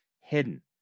hidden